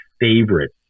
favorite